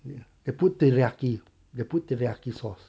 ya they put teriyaki they put teriyaki sauce